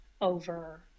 over